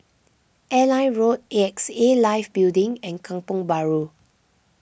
Airline Road A X A Life Building and Kampong Bahru